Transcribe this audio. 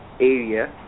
area